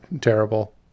terrible